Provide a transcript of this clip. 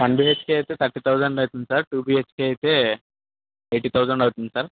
one BHK అయితే thirty thousand అవుతుంది sir two BHK అయితే ఎయిటి తౌసండ్ అవుతుంది సార్